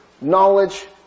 knowledge